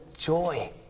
joy